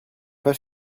pas